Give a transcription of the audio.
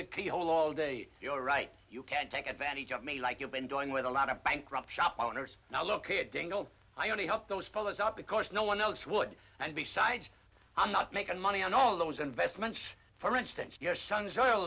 keyhole all day you're right you can't take advantage of me like you've been doing with a lot of bankruptcy up owners now look at dingell i only hope those fellows up because no one else would and besides i'm not making money on all those investments for instance your son's oil